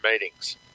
meetings